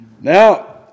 Now